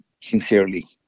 sincerely